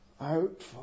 out